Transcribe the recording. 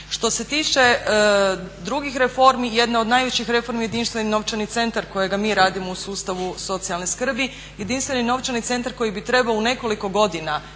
Što se tiče drugih reformi, jedna od najvećih reformi jedinstveni je novčani centar kojega mi radimo u sustavu socijalne skrbi. Jedinstveni novčani centar koji bi trebao u nekoliko godina